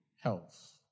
health